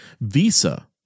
Visa